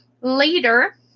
later